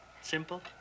Simple